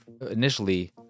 initially